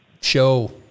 show